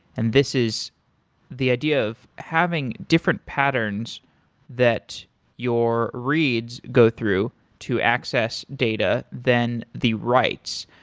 and this is the idea of having different patterns that your reads go through to access data, than the writes.